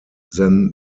than